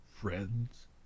friends